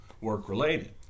work-related